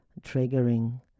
triggering